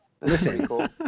Listen